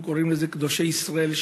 אנחנו קוראים לזה "קדושי ישראל",